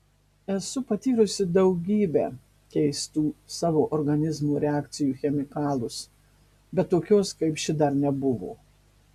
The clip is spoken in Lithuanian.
esu patyrusi daugybę keistų savo organizmo reakcijų į chemikalus bet tokios kaip ši dar nebuvo